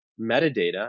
metadata